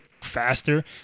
faster